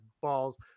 balls